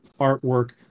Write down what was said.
artwork